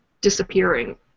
disappearing